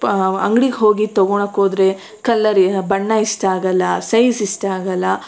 ಪಾ ಅಂಗ್ಡಿಗೆ ಹೋಗಿ ತಗೊಳೋಕ್ ಹೋದ್ರೆ ಕಲರ್ ಬಣ್ಣ ಇಷ್ಟ ಆಗಲ್ಲ ಸೈಝ್ ಇಷ್ಟ ಆಗಲ್ಲ